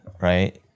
right